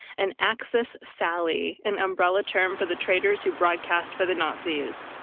and axis sally, an umbrella term for the traitors who broadcast for the nazis.